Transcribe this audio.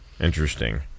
interesting